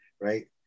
right